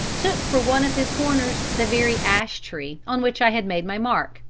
took for one of his corners the very ash tree on which i had made my mark,